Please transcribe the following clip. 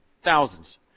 Thousands